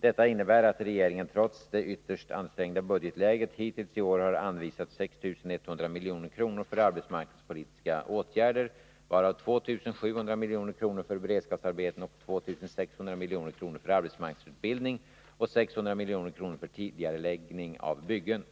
Detta innebär att regeringen trots det ytterst ansträngda budgetläget hittills i år har anvisat 6 100 milj.kr. för arbetsmarknadspolitiska åtgärder, varav 2 700 milj.kr. för beredskapsarbeten, 2 600 milj.kr. för arbetsmarknadsutbildning och 600 milj.kr. för tidigareläggning av byggen.